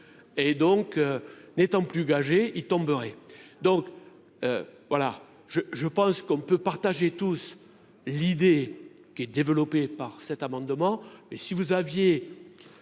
et donc n'étant plus gager il tomberait donc voilà je, je pense qu'on peut partager tous l'idée qui est développée par cet amendement